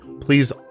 Please